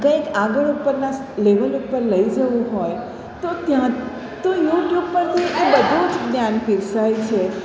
કંઇક આગળ ઉપરના લેવલ ઉપર લઈ જવું હોય તો ત્યાં તો યુટ્યુબ પરથી એ બધું જ જ્ઞાન પીરસાય છે